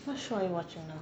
what show are you watching now